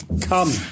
Come